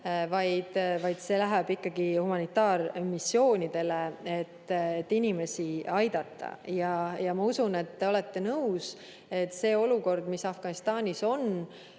See läheb ikkagi humanitaarmissioonidele, et inimesi aidata. Ja ma usun, et te olete nõus, et olukord, mis Afganistanis on,